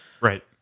Right